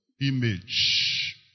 image